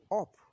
up